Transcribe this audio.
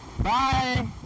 bye